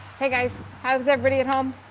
hey, guys, how's everybody at home?